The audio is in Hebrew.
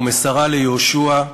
ומסרה ליהושע,